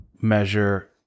measure